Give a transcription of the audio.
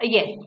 Yes